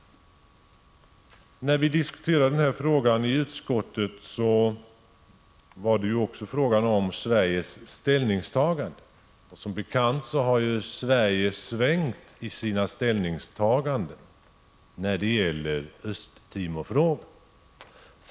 När vi diskuterade detta ärende i utskottet var det också fråga om Sveriges ställningstagande. Som bekant har Sverige svängt i sina ställningstaganden när det gäller frågan om Östtimor.